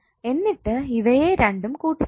എന്നിട്ട് ഇവയെ രണ്ടും കൂട്ടിച്ചേർക്കുക